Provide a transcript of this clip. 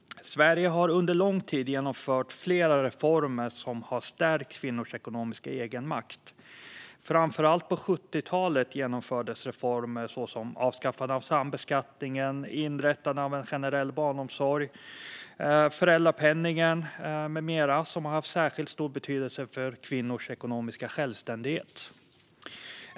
Sverige har under lång tid genomfört flera reformer som har stärkt kvinnors ekonomiska egenmakt. Framför allt på 70-talet genomfördes reformer såsom avskaffandet av sambeskattningen, inrättandet av en generell barnomsorg, föräldrapenning med mera, som har haft särskilt stor betydelse för kvinnors ekonomiska självständighet.